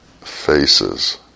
faces